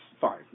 fine